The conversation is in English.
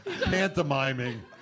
pantomiming